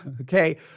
okay